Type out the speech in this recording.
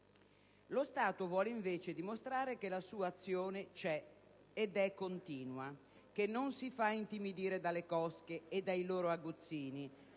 Lo Stato vuole invece dimostrare che la sua azione c'è ed è continua, che non si fa intimidire dalle cosche e dai loro aguzzini